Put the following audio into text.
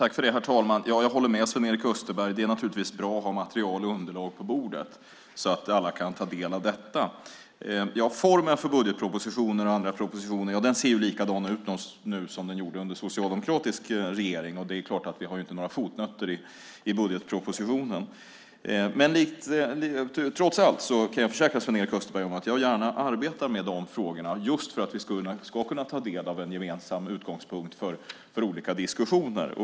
Herr talman! Jag håller med Sven-Erik Österberg om att det naturligtvis är bra att ha material och underlag på bordet, så att alla kan ta del av detta. Formen för budgetpropositioner och andra propositioner ser likadan ut nu som den gjorde under den socialdemokratiska regeringen. Det är klart att vi inte har några fotnoter i budgetpropositionen. Men trots allt kan jag försäkra Sven-Erik Österberg att jag gärna arbetar med dessa frågor just för att vi ska kunna ta del av en gemensam utgångspunkt för olika diskussioner.